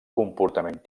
comportament